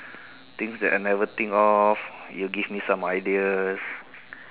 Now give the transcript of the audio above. things that I never think of you give me some ideas